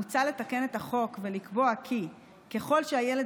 מוצע לתקן את החוק ולקבוע כי ככול שהילד